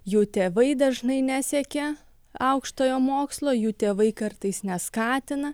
jų tėvai dažnai nesiekia aukštojo mokslo jų tėvai kartais neskatina